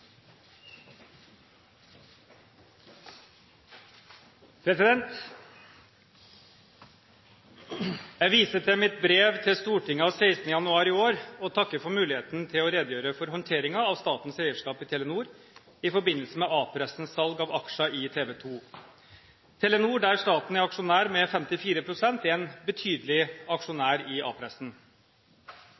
avsluttet. Jeg viser til mitt brev til Stortinget av 16. januar i år og takker for muligheten til å redegjøre for håndteringen av statens eierskap i Telenor i forbindelse med A-pressens salg av aksjer i TV 2. Telenor, der staten er aksjonær med 54 pst., er en betydelig aksjonær i